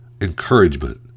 encouragement